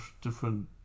different